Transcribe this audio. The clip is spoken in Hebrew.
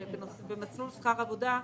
במסלול שכר עבודה,